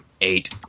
Eight